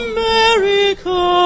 America